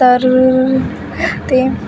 तर ते